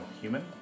human